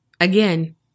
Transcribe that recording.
Again